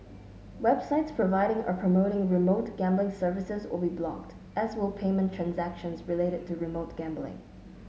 websites providing or promoting remote gambling services will be blocked as will payment transactions related to remote gambling